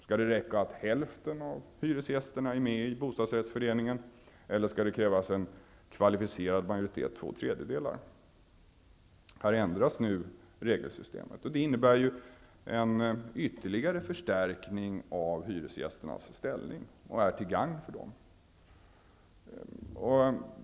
Skall det räcka att hälften av hyresgästerna är med i bostadsrättsföreningen eller skall det krävas en kvalificerad majoritet, två tredjedelar? Här ändras nu regelsystemet. Det innebär ytterligare förstärkning av hyresgästernas ställning och är till gagn för dem.